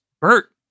Bert